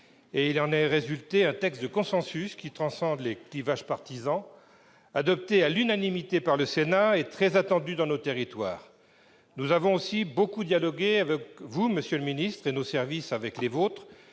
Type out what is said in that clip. Il en est résulté un texte de consensus, qui transcende les clivages partisans, adopté à unanimité par le Sénat, et très attendu dans nos territoires. Nous avons aussi beaucoup dialogué avec vous, monsieur le ministre, et nos services avec les vôtres.